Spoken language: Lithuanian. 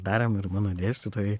darėm ir mano dėstytojai